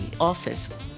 office